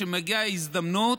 כשמגיעה הזדמנות,